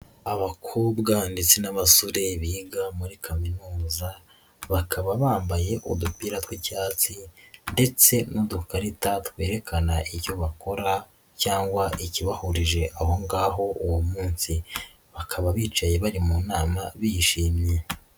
Abakobwa ndetse n'abasore biga muri kaminuza bakaba bambaye udupira tw'icyatsi ndetse n'udukarita twerekana icyo bakora cyangwa ikibahurije aho ngaho uwo munsi, bakaba bicaye bari mu nama bishimye.